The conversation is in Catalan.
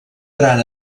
gran